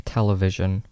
Television